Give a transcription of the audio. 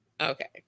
okay